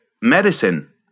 medicine